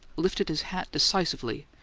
lifted his hat decisively,